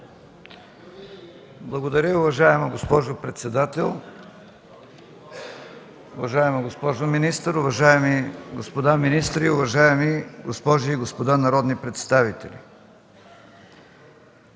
Благодаря, уважаема госпожо председател. Уважаема госпожо министър, уважаеми господа министри, уважаеми госпожи и господа народни представители!